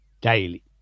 daily